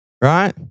right